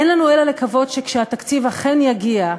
אין לנו אלא לקוות שכשהתקציב אכן יגיע,